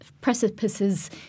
precipices